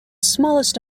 smallest